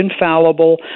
infallible